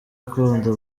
akunda